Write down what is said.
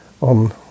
on